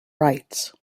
rights